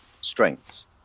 strengths